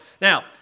Now